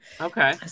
Okay